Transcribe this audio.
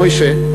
מוישה,